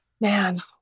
Man